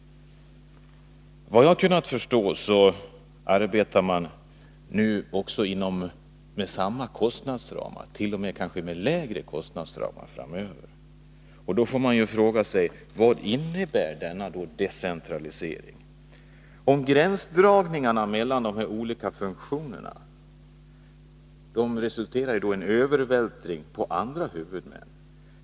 Efter vad jag kunnat förstå arbetar man nu också med samma kostnadsramar — t.o.m. kanske med lägre kostnadsramar framöver. Då frågar man sig: Vad innebär denna decentralisering? Gränsdragningen mellan de här olika funktionerna resulterar ju då i en övervältring på andra huvudmän.